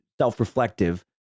self-reflective